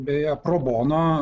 beje probono